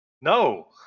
No